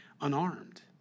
unarmed